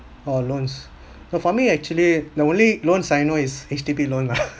or loans no for me actually the only loans I know is H_D_B loan lah